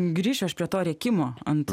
grįšiu aš prie to rėkimo ant